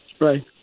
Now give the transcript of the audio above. Right